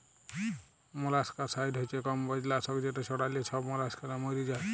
molluscicide হছে কমবজ লাসক যেট ছড়াল্যে ছব মলাসকালা ম্যইরে যায়